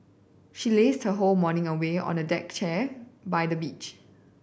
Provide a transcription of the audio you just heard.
she lazed her whole morning away on the deck chair by the beach